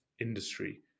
industry